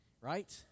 Right